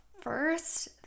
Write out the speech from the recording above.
first